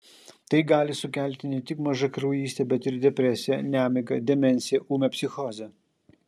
tai gali sukelti ne tik mažakraujystę bet ir depresiją nemigą demenciją ūmią psichozę